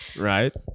Right